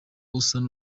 usaba